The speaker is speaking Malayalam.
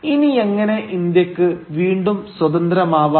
ഇനി എങ്ങനെ ഇന്ത്യക്ക് വീണ്ടും സ്വതന്ത്രമാവാം